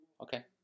Okay